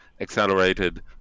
accelerated